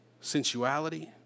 sensuality